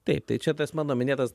taip tai čia tas mano minėtas